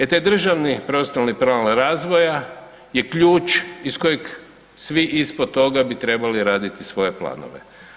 E taj „Državni prostorni plan razvoja“ je ključ iz kojeg svi ispod toga bi trebali raditi svoje planove.